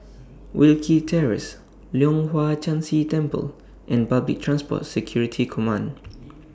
Wilkie Terrace Leong Hwa Chan Si Temple and Public Transport Security Command